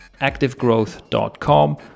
activegrowth.com